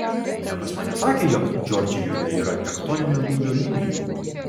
niekas man nesakė jog džordžijoje yra tektoninio lūžio linijų